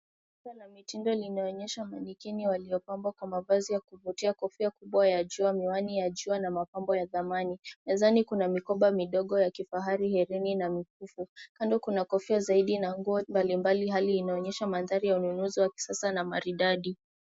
Duka la mtindo linaonyesha manikeni waliopambwa kwa mavazi ya kuvutia, kofia kubwa ya jua, miwani ya jua na mapambo ya dhamani. Mezani kuna mikoba midogo, ya kifahari, hereni na mikufu. Kando kuna kofia zaidi na nguo mbalimbali, hali hii inaonyesha mandhari ya ununuzi wa kisasa na maridadi.